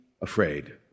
afraid